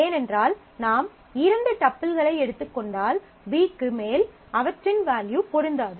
ஏனென்றால் நாம் இரண்டு டப்பிள்களை எடுத்துக் கொண்டால் B க்கு மேல் அவற்றின் வேல்யூ பொருந்தாது